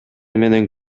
менен